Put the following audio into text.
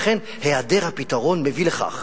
לכן, היעדר הפתרון מביא לכך